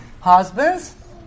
Husbands